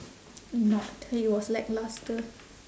not it was lacklustre